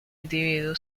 individuo